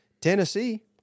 Tennessee